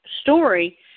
story